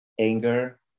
Anger